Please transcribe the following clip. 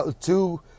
two